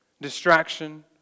Distraction